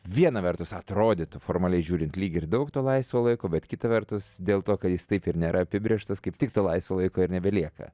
viena vertus atrodytų formaliai žiūrint lyg ir daug to laisvo laiko bet kita vertus dėl to kad jis taip ir nėra apibrėžtas kaip tik to laisvo laiko ir nebelieka